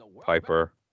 Piper